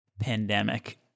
pandemic